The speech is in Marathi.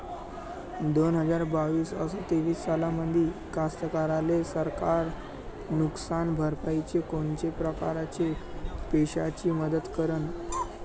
दोन हजार बावीस अस तेवीस सालामंदी कास्तकाराइले सरकार नुकसान भरपाईची कोनच्या परकारे पैशाची मदत करेन?